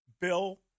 Bill